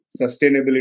sustainability